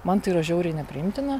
man tai yra žiauriai nepriimtina